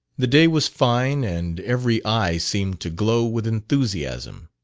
the day was fine, and every eye seemed to glow with enthusiasm.